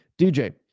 DJ